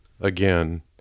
again